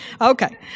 Okay